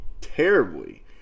terribly